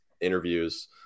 interviews